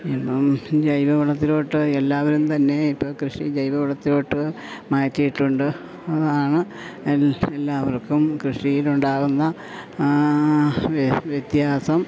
ഇപ്പം ജൈവ വളത്തിലോട്ട് എല്ലാവരും തന്നെ ഇപ്പം കൃഷി ജൈവവളത്തിലോട്ട് മാറ്റിയിട്ടുണ്ട് അതാണ് എൽ എല്ലാവർക്കും കൃഷിയിലുണ്ടാകുന്ന വ്യത്യാസം